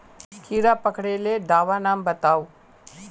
कीड़ा पकरिले दाबा नाम बाताउ?